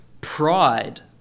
pride